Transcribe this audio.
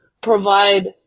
provide